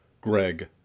Greg